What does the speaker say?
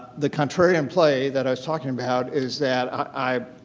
the contrarian play that i was talking about is that i